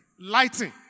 lighting